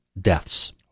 deaths